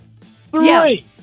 Three